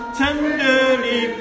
tenderly